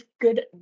good